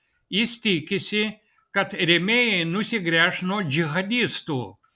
jis tikisi kad rėmėjai nusigręš nuo džihadistų